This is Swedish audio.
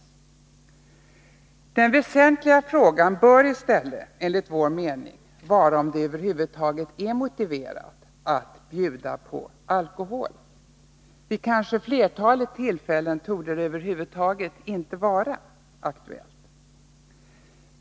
Den väsentliga frågan bör i stället, enligt vår mening, vara om det över huvud taget är motiverat att bjuda på alkohol. Vid kanske flertalet tillfällen torde det inte vara aktuellt.